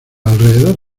alrededor